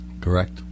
Correct